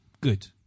Good